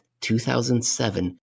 2007